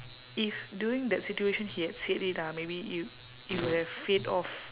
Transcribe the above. if during that situation he had said it ah maybe it'd it would have fade off